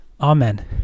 Amen